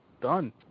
Done